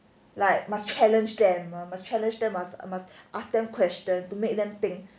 like must challenge them hor must challenge them must must ask them questions to make them think